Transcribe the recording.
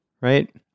right